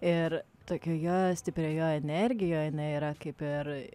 ir tokioje stiprioje energijoje jinai yra kaip ir